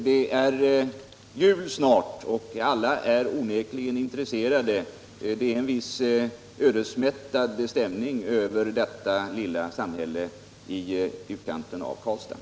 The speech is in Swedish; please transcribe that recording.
Det är jul snart, och alla är onekligen intresserade. Det vilar en ödesmättad stämning över detta lilla samhälle i Värmland.